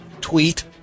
tweet